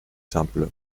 simple